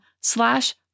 slash